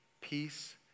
peace